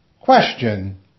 Question